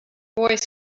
boy